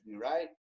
right